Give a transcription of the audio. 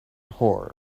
horror